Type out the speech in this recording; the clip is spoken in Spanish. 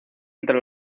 entre